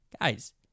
Guys